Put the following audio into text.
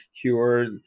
cured